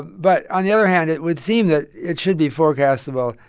but on the other hand, it would seem that it should be forecastable.